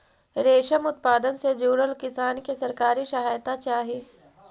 रेशम उत्पादन से जुड़ल किसान के सरकारी सहायता चाहि